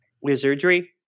Wizardry